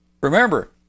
Remember